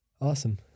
Awesome